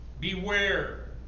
beware